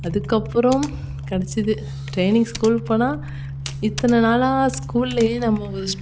அதுக்கப்புறம் கிடைச்சிது training school போனால் இத்தனை நாளாக ஸ்கூல்லையே நம்ம ஒரு ஸ்